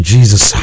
Jesus